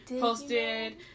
posted